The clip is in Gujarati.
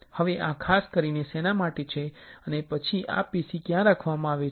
હવે આ ખાસ કરીને શેના માટે છે અને પછી આ પેશી ક્યાં રાખવામાં આવે છે